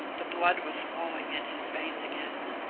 the blood was flowing in his veins again.